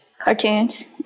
cartoons